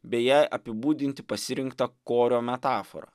beje apibūdinti pasirinkta korio metaforą